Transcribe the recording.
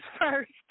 first